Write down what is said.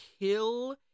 kill